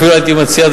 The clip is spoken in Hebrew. אפילו הייתי מציע,